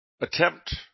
attempt